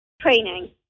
Training